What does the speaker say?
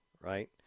right